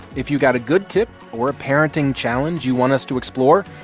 if you've got a good tip or a parenting challenge you want us to explore,